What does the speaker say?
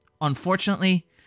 Unfortunately